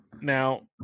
now